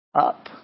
Up